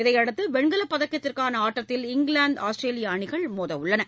இதையடுத்து வெண்கலப் பதக்கத்திற்கான ஆட்டத்தில் இங்கிலாந்து ஆஸ்திரேலிய அணிகள் மோதவுள்ளன